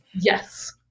Yes